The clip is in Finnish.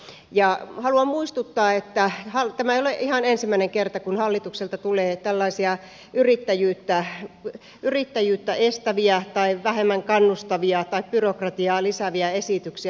haluan muistuttaa että tämä ei ole ihan ensimmäinen kerta kun hallitukselta tulee tällaisia yrittäjyyttä estäviä vähemmän kannustavia tai byrokratiaa lisääviä esityksiä